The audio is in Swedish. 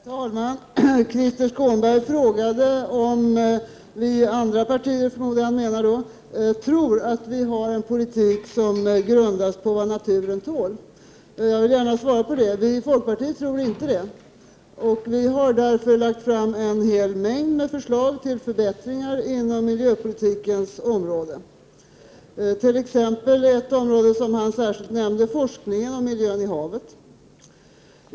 Herr talman! Krister Skånberg frågade om vi — i andra partier, förmodar jag han menade — tror att vi har en politik som grundas på vad naturen tål. Jag vill gärna svara på detta. Vi i folkpartiet tror inte det. Vi har därför lagt fram en hel mängd med förslag till förbättringar inom miljöpolitikens område. Ett område som han särskilt nämnde, forskningen om miljön i havet, är ett exempel.